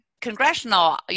congressional